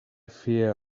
fear